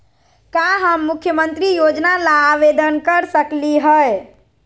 का हम मुख्यमंत्री योजना ला आवेदन कर सकली हई?